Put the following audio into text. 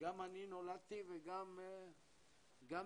גם אני נולדתי וגם אמיל,